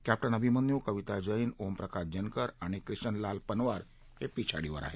captain Abhimanyu Kavita Jain Omprakash Jankar आणि क्रिशनलाल पनवार हे पिछाडीवर आहेत